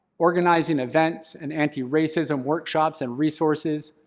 organizing events and anti-racism workshops and resources,